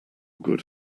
good